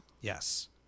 Yes